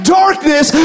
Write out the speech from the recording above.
darkness